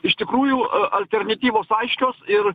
iš tikrųjų alternatyvos aiškios ir